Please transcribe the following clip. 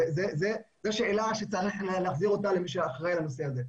זו שאלה שצריך להחזיר אותה למי שאחראי על הנושא הזה.